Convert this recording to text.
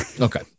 Okay